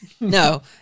No